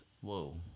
Whoa